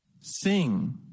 Sing